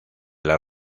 las